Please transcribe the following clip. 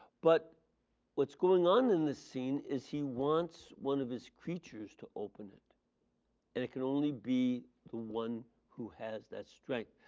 but what is going on in this scene is he wants one of his creatures to open it and it can only be the one who has that strength.